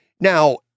now